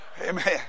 Amen